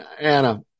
Anna